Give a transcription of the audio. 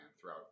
throughout